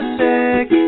sick